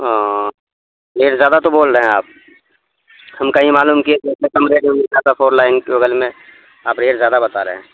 ہ ریٹ زیادہ تو بول رہے ہیں آپ ہم کہیں معلوم کی کم ریٹد فور لائن کےغل میں آپ ریٹ زیادہ بتا رہے ہیں